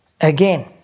again